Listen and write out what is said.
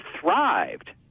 thrived